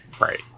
Right